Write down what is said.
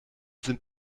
sind